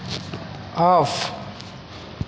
off